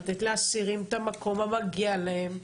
לתת לאסירים את המקום המגיע להם.